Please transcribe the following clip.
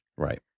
right